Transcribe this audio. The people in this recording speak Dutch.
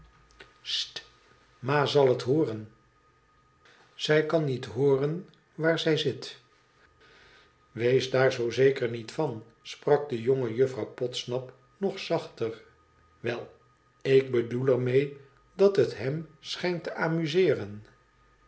ma zal het hooren zij kan het niet hooren waar zij zit wees daar zoo zeker niet van sprak de jonge juffrouw podsnap nog zachter i wel ik bedoel er mee dat het hem schijnt te amuseeren